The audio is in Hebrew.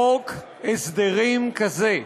חוק הסדרים כזה,